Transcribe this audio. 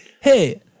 hey